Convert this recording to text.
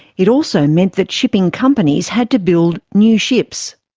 it also meant that shipping companies had to build new ships.